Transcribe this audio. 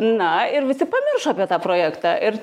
na ir visi pamiršo apie tą projektą ir